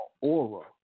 aura